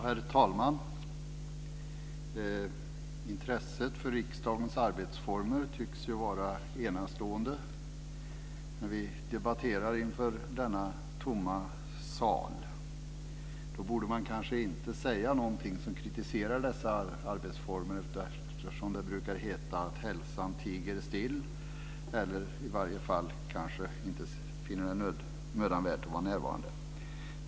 Herr talman! Intresset för riksdagens arbetsformer tycks ju vara enastående när vi debatterar inför denna tomma sal. Jag borde kanske inte kritisera dessa arbetsformer eftersom det brukar heta att hälsan tiger still. Man kanske inte finner det mödan värt att vara närvarande.